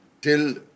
till